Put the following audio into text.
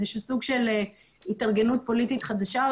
איזה סוג של התארגנות פוליטית חדשה או